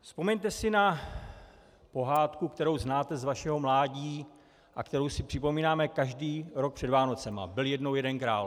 Vzpomeňte si na pohádku, kterou znáte z vašeho mládí a kterou si připomínáme každý rok před Vánocemi Byl jednou jeden král.